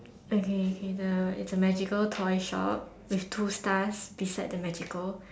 okay K the it's a magical toy shop with two stars beside the magical